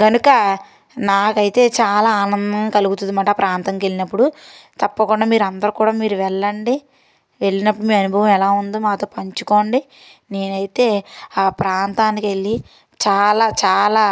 కనుక నాకైతే చాలా ఆనందం కలుగుతుది ఆ ప్రాంతంకి వెళ్ళినప్పుడు తప్పకుండా మీరు అందరు కూడా మీరు వెళ్ళండి వెళ్ళినప్పుడు మీ అనుభవం ఎలా ఉందో మాతో పంచుకోండి నేనైతే ఆ ప్రాంతానికి వెళ్ళి చాలా చాలా